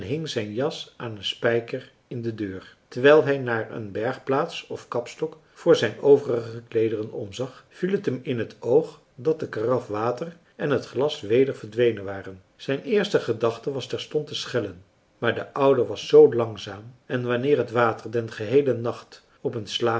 zijn jas aan een spijker in de deur terwijl hij naar een bergplaats of kapstok voor zijn overige kleederen omzag viel t hem in het oog dat de karaf water en het glas weder verdwenen waren zijn eerste gedachte was terstond te schellen maar de oude was zoo langzaam en wanneer het water den geheelen nacht op een